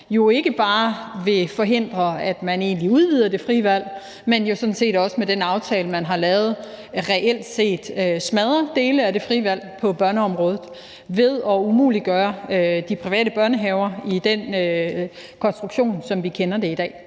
jo ikke bare forhindre, at man udvider det frie valg, men sådan set også med den aftale, de har lavet, reelt set smadre dele af det frie valg på børneområdet ved at umuliggøre private børnehaver i den konstruktion, som vi kender i dag.